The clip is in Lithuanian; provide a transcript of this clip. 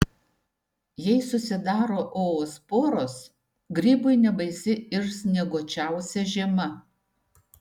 jei susidaro oosporos grybui nebaisi ir snieguočiausia žiema